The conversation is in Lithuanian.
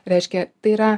reiškia tai yra